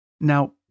Now